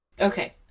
Okay